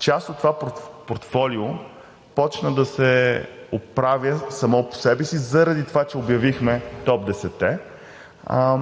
част от това портфолио започна да се оправя само по себе си, заради това че обявихме топ 10-те,